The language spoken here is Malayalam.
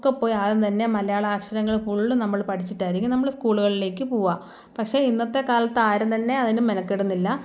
ഒക്കെ പോയി ആദ്യം തന്നെ മലയാളം അക്ഷരങ്ങൾ ഫുള്ളും നമ്മൾ പഠിച്ചിട്ടായിരിക്കും നമ്മൾ സ്കൂളുകളിലേക്ക് പോകുക പക്ഷേ ഇന്നത്തെ കാലത്ത് ആരും തന്നെ അതിന് മെനക്കെടുന്നില്ല